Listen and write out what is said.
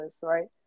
right